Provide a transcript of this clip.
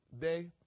Day